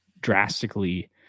drastically